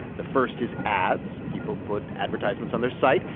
the first is ads. people put advertisements on their site.